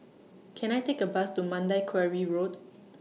Can I Take A Bus to Mandai Quarry Road